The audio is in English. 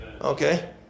Okay